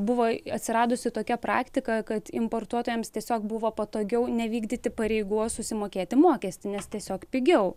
buvo atsiradusi tokia praktika kad importuotojams tiesiog buvo patogiau nevykdyti pareigos susimokėti mokestį nes tiesiog pigiau